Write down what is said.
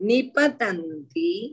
Nipatanti